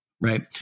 Right